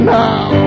now